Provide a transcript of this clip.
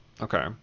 Okay